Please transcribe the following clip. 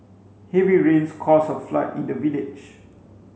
heavy rains caused a flood in the village